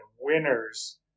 winners